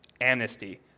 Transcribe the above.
amnesty